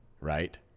Right